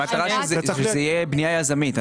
המטרה שזאת תהיה בנייה יזמית.